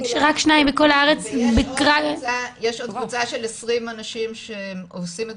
יש עוד קבוצה של 20 אנשים שעושים את